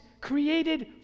created